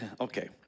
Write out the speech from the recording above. Okay